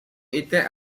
était